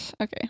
Okay